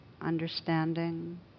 understanding